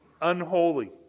Unholy